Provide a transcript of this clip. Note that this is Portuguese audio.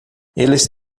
eles